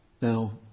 Now